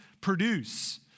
produce